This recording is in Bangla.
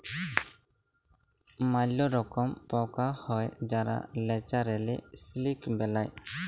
ম্যালা রকম পকা হ্যয় যারা ল্যাচারেলি সিলিক বেলায়